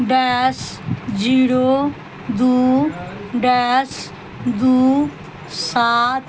dash zero दू dash दू सात